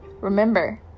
Remember